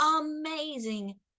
amazing